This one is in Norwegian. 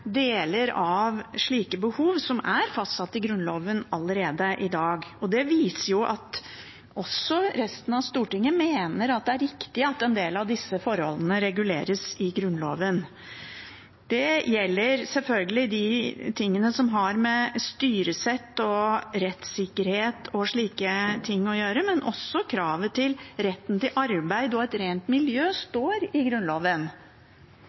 viser jo at også resten av Stortinget mener det er riktig at en del av disse forholdene reguleres i Grunnloven. Det gjelder selvfølgelig det som har med styresett og rettssikkerhet og slike ting å gjøre, men også retten til arbeid og et rent miljø står i Grunnloven.